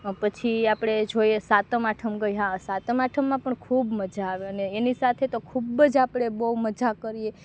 પછી આપણે જોઈએ સાતમ આઠમ ગઈ હા સાતમ આઠમમાં પણ ખૂબ મઝા આવે અને એની સાથે તો ખૂબ જ આપણે તો બહુ મઝા કરીએ